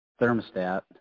thermostat